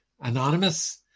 anonymous